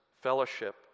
fellowship